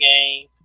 game